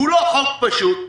הוא לא חוק פשוט.